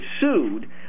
sued